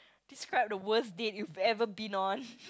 describe the worst date you've ever been on